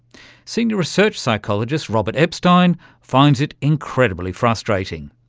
senior research psychologist robert epstein finds it incredibly frustrating.